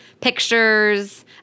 pictures